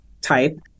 type